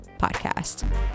podcast